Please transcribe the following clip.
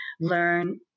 learn